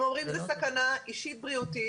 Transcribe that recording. הם אומרים שזאת סכנה אישית בריאותית,